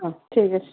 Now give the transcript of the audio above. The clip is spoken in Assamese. অঁ ঠিক আছে